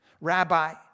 Rabbi